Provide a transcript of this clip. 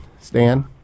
Stan